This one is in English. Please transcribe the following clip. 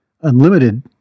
unlimited